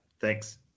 Thanks